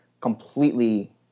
completely